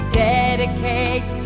dedicate